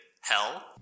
Hell